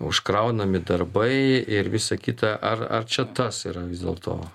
užkraunami darbai ir visa kita ar ar čia tas yra vis dėlto